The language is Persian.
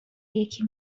یکی